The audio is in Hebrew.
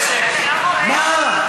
מה,